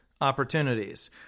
opportunities